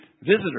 visitors